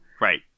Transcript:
right